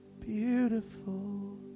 beautiful